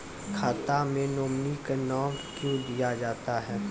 खाता मे नोमिनी का नाम क्यो दिया जाता हैं?